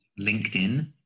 LinkedIn